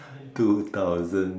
two thousand